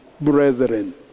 brethren